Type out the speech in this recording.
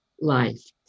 life